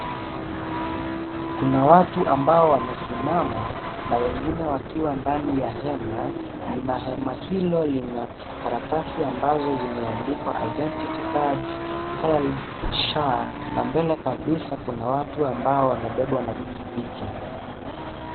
Kuna watu ambao wamesimama na wengine wakiwa ndani ya hema na hema hilo lina karatasi ambazo zimeandikwa " Identity cards, HELB, SHA " na mbele kabisa kuna watu ambao wamebebwa na pikipiki.